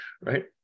Right